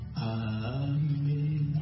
Amen